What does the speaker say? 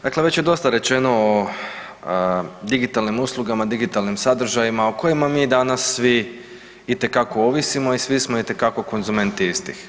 Dakle, već je dosta rečeno o digitalnim uslugama, digitalnim sadržajima o kojima mi danas svi itekako ovisimo i svi smo itekako konzumenti istih.